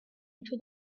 into